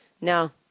No